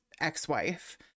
ex-wife